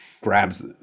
grabs